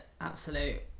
absolute